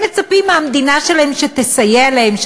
הם מצפים מהמדינה שלהם שתסייע להם,